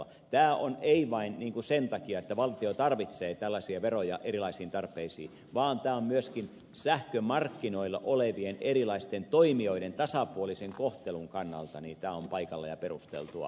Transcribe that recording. tämä ei ole vain sen takia että valtio tarvitsee tällaisia veroja erilaisiin tarpeisiin vaan tämä on myöskin sähkömarkkinoilla olevien erilaisten toimijoiden tasapuolisen kohtelun kannalta paikallaan ja perusteltua